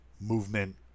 movement